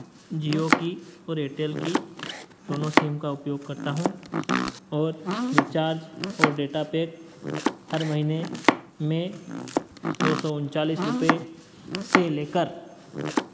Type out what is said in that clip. जियो की और एयरटेल की दोनों सिम का उपयोग करता हूँ और रिचार्ज़ और डेटा पैक हर महीने में दो सौ उनचालिस रुपए से लेकर